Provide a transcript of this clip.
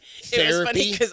therapy